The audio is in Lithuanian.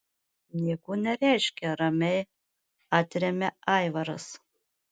nieko nereiškia ramiai atremia aivaras